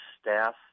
staff